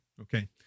Okay